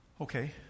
Okay